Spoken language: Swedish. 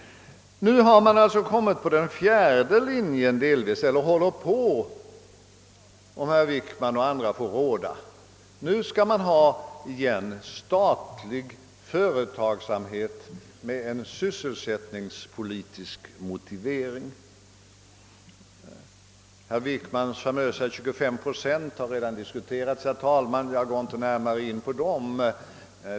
Nu håller man alltså på att komma in på den fjärde linjen, om herr Wickman och andra får råda. Nu skall man åter ha statlig företagsamhet — men med en sysselsättningspolitisk motivering. Herr Wickmans famösa 25 procent har, herr talman, redan diskuterats, och jag skall inte närmare gå in på den saken.